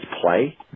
play